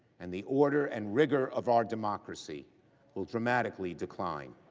and the order and rigor of our democracy will dramatically decline.